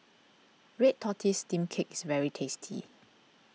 Red Tortoise Steamed Cake is very tasty